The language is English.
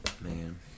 Man